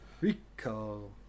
Recall